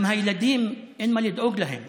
גם הילדים, אין מה לדאוג להם,